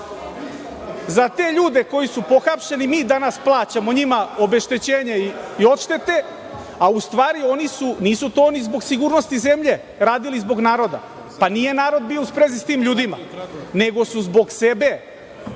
Za te ljude koji su pohapšeni mi danas plaćamo njima obeštećenja i odštete, a u stvari nisu oni zbog sigurnosti zemlje to radili zbog naroda, nije narod bio u sprezi sa tim ljudima, nego su zbog sebe.